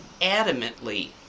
adamantly